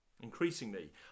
increasingly